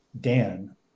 Dan